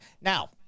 now